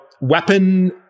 weapon